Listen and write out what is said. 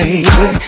Baby